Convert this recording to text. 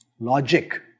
Logic